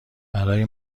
برای